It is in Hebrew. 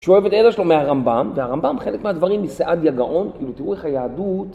שאוהב את אלה מהרמב״ם, והרמב״ם חלק מהדברים מסעדיה גאון, כאילו תראו איך היהדות...